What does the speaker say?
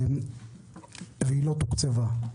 היא לא תוקצבה.